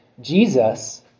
Jesus